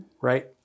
Right